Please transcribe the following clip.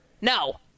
No